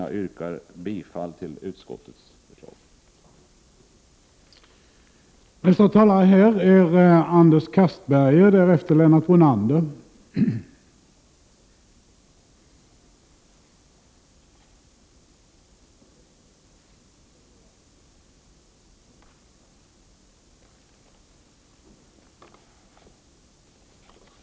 Jag yrkar bifall till utskottets hemställan.